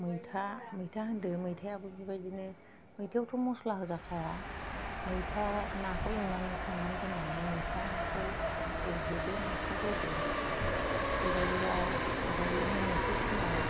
मैथा मैथा होनदो मैथायाबो बिबादिनो मैथायावथ' मस्ला होजाखाया मैथा नाखौ एवनानै खांनानै दोन्नानै मैथाखौ एरग्लिदो नाखौ होदो बेबादिबा ओमफ्राय मोननोसै समाव